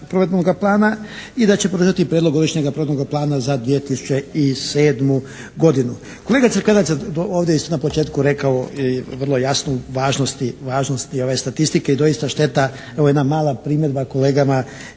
i da će podržati Prijedlog godišnjega provedbenoga plana za 2007. godinu. Kolega Crkvenac je ovdje isto na početku rekao i vrlo jasno u važnosti ove statistike i doista šteta, ovo je jedna mala primjedba kolegama